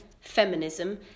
feminism